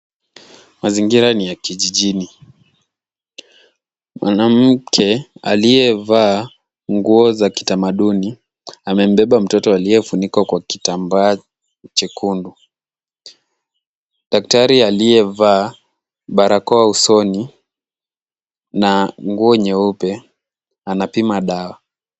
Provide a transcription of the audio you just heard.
Mazingira ni ya kijijini. Mwanamke aliyevaa nguo za kitamaduni amembeba mtoto aliyefunikwa kwa kitambaa chekundu. Daktari aliyevaa barakoa usoni na nguo nyeupe anapima dawa.